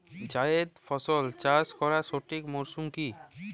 জায়েদ ফসল চাষ করার সঠিক মরশুম কি?